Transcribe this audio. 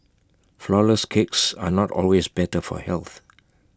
Flourless Cakes are not always better for health